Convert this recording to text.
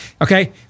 Okay